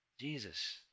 Jesus